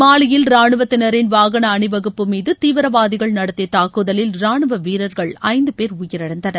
மாலியில் ராணுவத்தினரின் வாகன அணிவகுப்பு மீது தீவிரவாதிகள் நடத்திய தாக்குதலில் ராணுவ வீரர்கள் ஐந்து பேர் உயிரிழந்தனர்